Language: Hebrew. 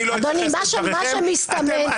אני לא אתייחס לדבריכם,